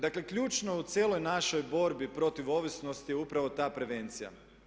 Dakle, ključno u cijeloj našoj borbi protiv ovisnosti je upravo ta prevencija.